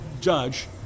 judge